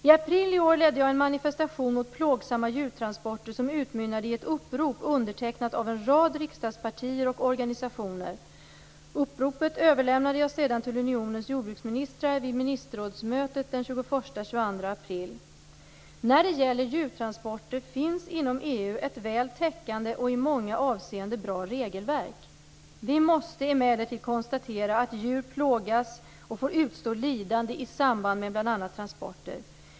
I april i år ledde jag en manifestation mot plågsamma djurtransporter som utmynnade i ett upprop undertecknat av en rad riksdagspartier och organisationer. Uppropet överlämnade jag sedan till unionens jordbruksministrar vid ministerrådsmötet den 21-22 När det gäller djurtransporter finns inom EU ett väl täckande och i många avseenden bra regelverk. Vi måste emellertid konstatera att djur plågas och får utstå lidande i samband med bl.a. transporter.